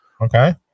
Okay